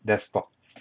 desktop